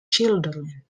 children